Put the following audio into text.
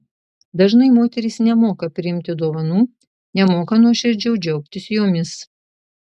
dažnai moterys nemoka priimti dovanų nemoka nuoširdžiau džiaugtis jomis